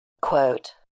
Quote